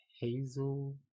Hazel